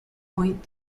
point